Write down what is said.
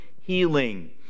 healing